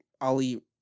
Ali